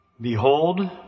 Behold